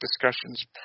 discussions